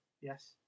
Yes